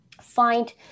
find